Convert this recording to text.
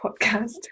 podcast